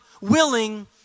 willing